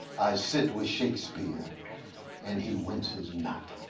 i sit with shakespeare and he winces not.